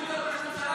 בשביל להיות ראש ממשלה,